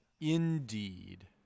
Indeed